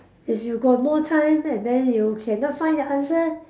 if you got more time and then you cannot find your answer